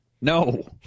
No